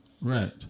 Right